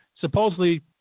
supposedly